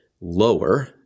lower